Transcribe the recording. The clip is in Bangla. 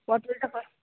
পটলটা কত